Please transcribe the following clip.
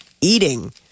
eating